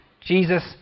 Jesus